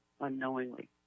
Unknowingly